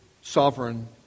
sovereign